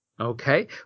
Okay